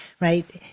right